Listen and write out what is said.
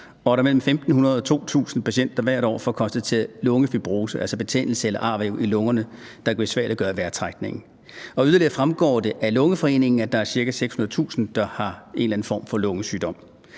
og at mellem 1.500 og 2.000 patienter hvert år får konstateret lungefibrose, altså betændelse eller arvæv i lungerne, der kan besværliggøre vejrtrækningen. Yderligere fremgår det af Lungeforeningen, at der er ca. 600.000, der har en eller anden form for lungesygdom.